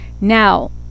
Now